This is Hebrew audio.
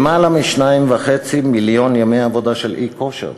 יותר מ-2.5 מיליון ימי עבודה בשל אי-כושר,